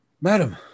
madam